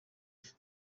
bihe